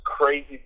crazy